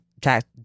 tax